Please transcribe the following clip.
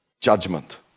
judgment